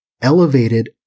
elevated